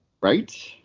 Right